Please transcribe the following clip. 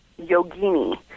Yogini